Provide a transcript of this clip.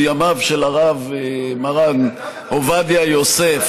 בימיו של הרב מרן עובדיה יוסף,